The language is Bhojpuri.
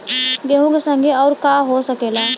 गेहूँ के संगे अउर का का हो सकेला?